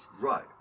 Right